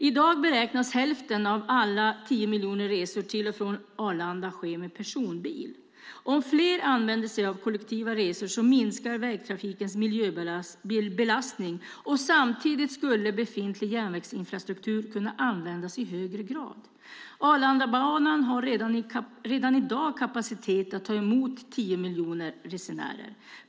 I dag beräknas hälften av alla 10 miljoner resor till och från Arlanda ske med personbil. Om fler använder sig av kollektiva resor minskar vägtrafikens miljöbelastning, och samtidigt skulle befintlig järnvägsinfrastruktur kunna användas i högre grad. Arlandabanan har redan i dag kapacitet att ta emot 10 miljoner resenärer.